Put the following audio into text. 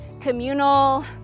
communal